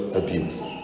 abuse